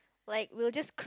like we'll just